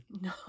No